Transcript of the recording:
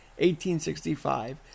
1865